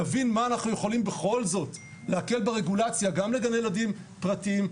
נבין מה אנחנו יכולים בכל זאת להקל ברגולציה גם לגני ילדים פרטיים,